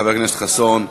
חבר הכנסת חסון?